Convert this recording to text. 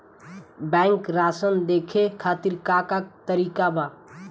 Bank सराश देखे खातिर का का तरीका बा?